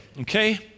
okay